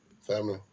Family